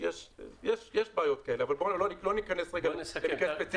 יש בעיות כאלה, אבל לא ניכנס רגע ספציפית.